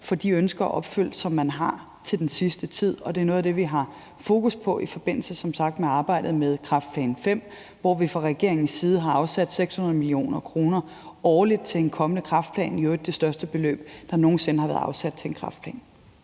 får de ønsker opfyldt, som man har til den sidste tid. Og det er noget af det, vi som sagt har fokus på i forbindelse med arbejdet med kræftplan V, hvor vi fra regeringens side har afsat 600 mio. kr. årligt til en kommende kræftplan, hvilket i øvrigt er det største beløb, der nogen sinde har været afsat til en kræftplan.